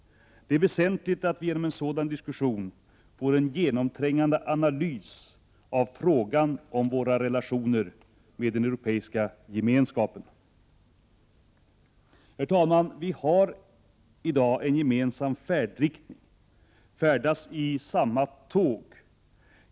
Det är väsentligt att genom en sådan diskussion få en genomträngande analys av frågan om våra relationer med den europeiska gemenskapen. Herr talman! Vi har i dag en gemensam färdriktning, vi färdas i samma tåg.